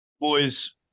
Boys